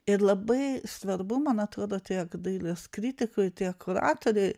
ir labai svarbu man atrodo tiek dailės kritikui kuratoriui